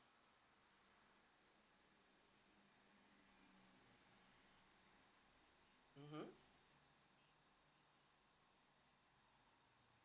mmhmm